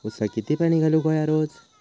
ऊसाक किती पाणी घालूक व्हया रोज?